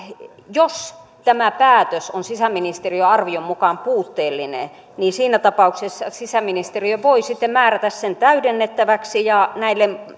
jos tämä päätös on sisäministeriön arvion mukaan puutteellinen niin siinä tapauksessa sisäministeriö voi määrätä sen täydennettäväksi ja näiden